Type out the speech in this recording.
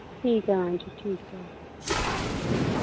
ठीक ऐ मैम जी ठीक ऐ